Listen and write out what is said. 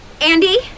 Andy